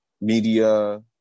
media